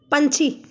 ਪੰਛੀ